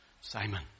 Simon